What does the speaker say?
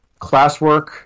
classwork